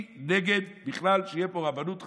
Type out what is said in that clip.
היא נגד בכלל שתהיה פה רבנות חזקה.